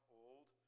old